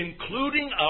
including